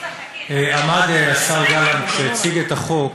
עמד השר גלנט, שהציג את החוק,